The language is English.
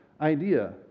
idea